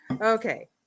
Okay